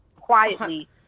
quietly